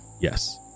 yes